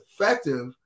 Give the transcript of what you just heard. effective